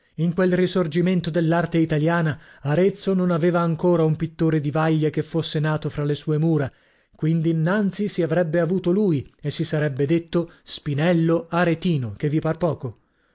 in quel risorgimento dell'arte italiana arezzo non aveva ancora un pittore di vaglia che fosse nato fra le sue mura quind'innanzi si avrebbe avuto lui e si sarebbe detto spinello aretino che vi par poco